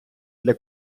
для